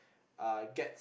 uh gets